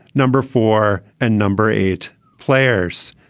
number four and number eight players.